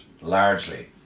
largely